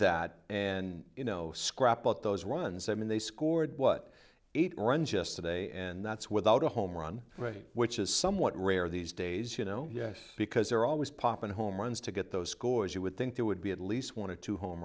that and you know scrap out those runs i mean they scored what eight runs just today and that's without a home run rate which is somewhat rare these days you know yes because they're always popping home runs to get those scores you would think there would be at least one or two home